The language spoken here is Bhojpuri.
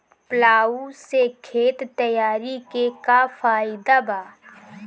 प्लाऊ से खेत तैयारी के का फायदा बा?